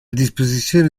disposizione